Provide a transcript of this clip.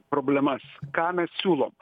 problemas ką mes siūlom